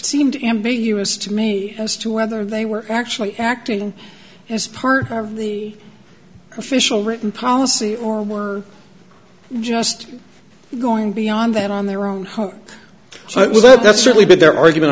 seemed ambiguous to me as to whether they were actually acting as part of the official written policy or were just going beyond that on their own home so it was that that's certainly been their argument